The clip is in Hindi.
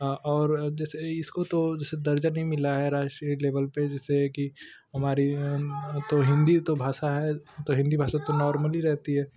और जैसे इसको तो जैसे दर्जा नहीं मिला है राजकीय लेबल पर जैसे कि हमारी तो हिंदी तो भाषा है तो हिंदी भाषा तो नॉर्मली रहती है